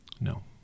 No